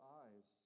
eyes